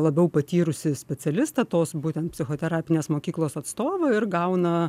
labiau patyrusį specialistą tos būtent psichoterapinės mokyklos atstovą ir gauna